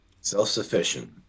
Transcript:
self-sufficient